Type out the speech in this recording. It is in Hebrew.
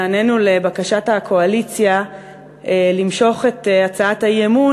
נענינו לבקשת הקואליציה למשוך את הצעת האי-אמון,